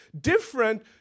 different